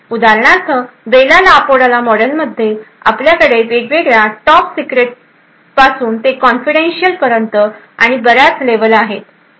उदाहरणार्थ Bell LaPadula मॉडेलमध्ये आपल्याकडे वेगवेगळ्या टॉप सिक्रेट पासून ते कॉन्फिडन्टशीअल पर्यंत आणि बऱ्याच लेव्हल आहेत